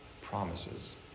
promises